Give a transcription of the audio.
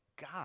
God